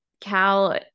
cal